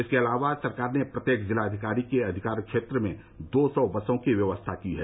इसके अलावा सरकार ने प्रत्येक जिलाधिकारी के अधिकार क्षेत्र में दो सौ बसों की व्यवस्था की है